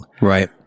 Right